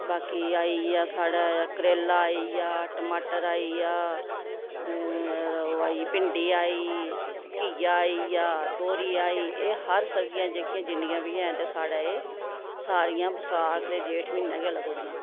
बाकी आई गेआ साढ़ै करेला आई गेआ टमाटर आई गेआ फेर ओह् आई गेआ भिंडी आई घिया आई गेआ तोरी आई एह् हर सब्ज़ियां जेह्कियां जिन्नियां बी हैन ते साढ़ै एह् सारियां बसाख ते जेठ म्हीनै गै लगदियां